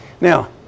Now